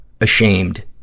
ashamed